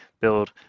build